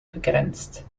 begrenzt